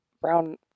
brown